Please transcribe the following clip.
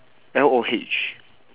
L O H